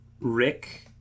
Rick